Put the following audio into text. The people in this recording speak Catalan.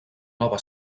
nova